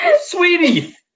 Sweetie